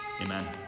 Amen